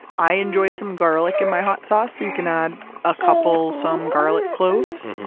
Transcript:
i enjoy some garlic in my hot sauce so you can add a couple, some garlic cloves.